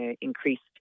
increased